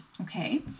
Okay